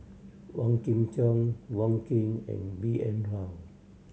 Wong Kin Jong Wong Keen and B N Rao